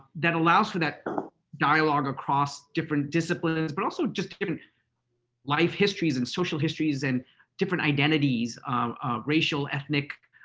that allows for that dialogue across different disciplines? but also, just different life histories and social histories and different identities racial, ethnic,